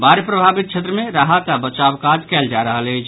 बाढ़ि प्रभावित क्षेत्र मे राहत आ बचाव काज कयल जा रहल अछि